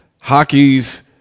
hockey's